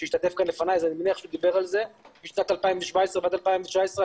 שהשתתף בדיון ואני מניח שהוא דיבר על זה - משנת 2017 עד 2019 ,